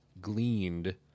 gleaned